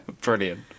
Brilliant